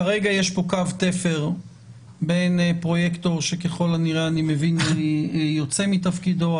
כרגע יש פה קו תפר בין פרויקטור שככל הנראה יוצא מתפקידו,